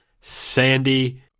sandy